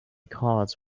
cards